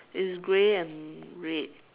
it's gray and red